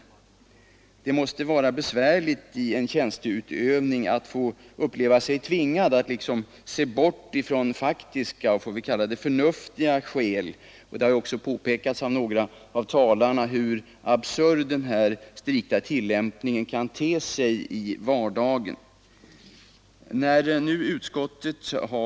Det måste vara besvärande att i sin tjänsteutövning uppleva sig tvingad att se bort från faktiska och förnuftiga skäl. Några av talarna har också påpekat hur absurd denna strikta tillämpning kan te sig i vardagen.